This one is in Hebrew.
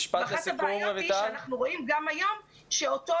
אחת הבעיות שאנחנו רואים היום היא שאותו